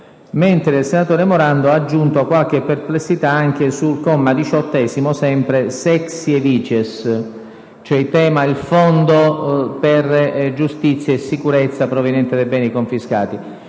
mentre il senatore Morando ha aggiunto qualche perplessità anche sul comma 18-*sexiesvicies*, sul tema del fondo per giustizia e sicurezza proveniente dai beni confiscati.